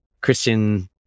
Christian